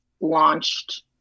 launched